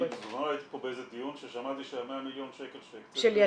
אני בזמנו הייתי פה באיזה דיון שהיה 100 מיליון שקל שהקציתם.